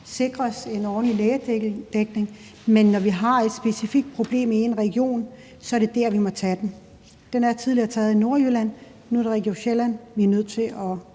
sikres en ordentlig lægedækning, men når vi har et specifikt problem i en region, er det der, vi må tage den. Den er tidligere taget i Nordjylland. Nu er det Region Sjælland, vi er nødt til at